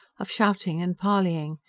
of shouting and parleying.